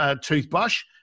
toothbrush